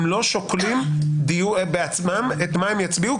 הם לא שוקלים בעצמם מה הם יצביעו,